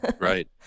Right